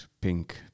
pink